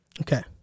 Okay